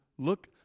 Look